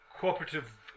cooperative